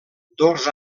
dos